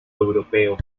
europeo